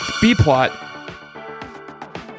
B-plot